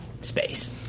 space